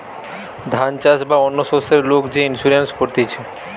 ধান চাষ বা অন্য শস্যের লোক যে ইন্সুরেন্স করতিছে